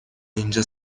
اینجا